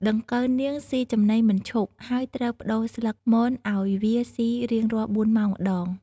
ដង្កូវនាងស៊ីចំណីមិនឈប់ ហើយត្រូវប្តូរស្លឹកមនឲ្យវាស៊ីរៀងរាល់ ៤ ម៉ោងម្តង។